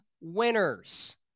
winners